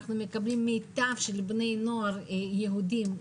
אנחנו מקבלים את מיטב בני הנוער היהודים,